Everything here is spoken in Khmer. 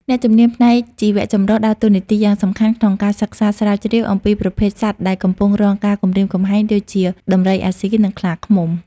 អ្នកជំនាញផ្នែកជីវៈចម្រុះដើរតួនាទីយ៉ាងសំខាន់ក្នុងការសិក្សាស្រាវជ្រាវអំពីប្រភេទសត្វដែលកំពុងរងការគំរាមកំហែងដូចជា ដំរីអាស៊ី និងខ្លាឃ្មុំ។